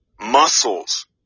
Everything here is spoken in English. muscles